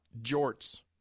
jorts